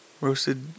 Roasted